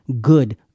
good